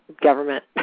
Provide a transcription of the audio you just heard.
government